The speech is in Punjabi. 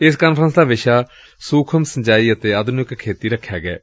ਇਸ ਕਾਨਫਰੰਸ ਦਾ ਵਿਸ਼ਾ ਸੁਖ਼ਮ ਸਿੰਜਾਈ ਅਤੇ ਆਧੁਨਿਕ ਖੇਤੀ ਰਖਿਆ ਗਿਐ